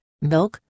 milk